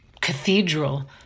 cathedral